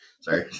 Sorry